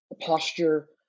posture